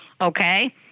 okay